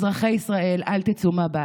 אזרחי ישראל, אל תצאו מהבית.